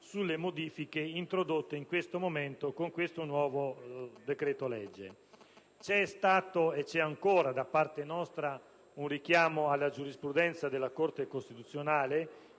sulle modifiche introdotte nell'ambito del nuovo decreto-legge. C'è stato e c'è ancora da parte nostra un richiamo alla giurisprudenza della Corte costituzionale,